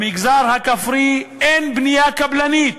במגזר הכפרי אין בנייה קבלנית,